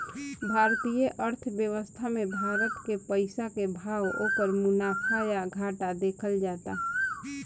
भारतीय अर्थव्यवस्था मे भारत के पइसा के भाव, ओकर मुनाफा या घाटा देखल जाता